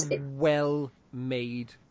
well-made